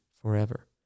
forever